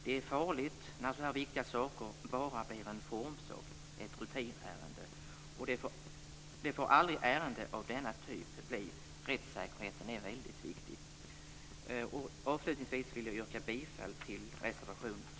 Det är farligt när så här viktiga saker bara blir en formsak, ett rutinärende. Det får aldrig ärenden av denna typ bli - rättssäkerheten är mycket viktig. Avslutningsvis vill jag yrka bifall till reservation 2.